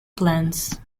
plans